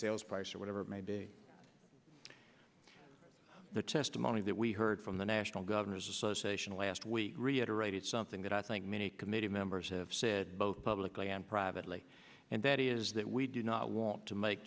sales price or whatever it may be the testimony that we heard from the national governors association last week reiterate it's something that i think many committee members have said both publicly and privately and that is that we do not want to make